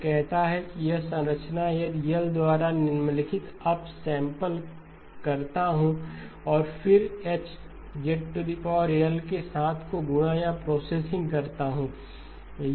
यह कहता है कि यह संरचना यदि मैं L द्वारा निम्नलिखित अपसैंपल करता हूं और फिर H के साथ को गुणा या प्रोसेसिंग करता हूं